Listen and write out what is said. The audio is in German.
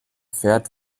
pferd